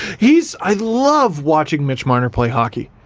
he's i love watching mitch marner play hockey.